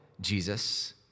Jesus